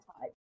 type